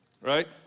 Right